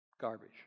Garbage